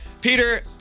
Peter